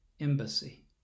embassy